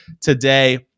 today